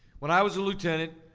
when i was a lieutenant,